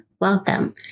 welcome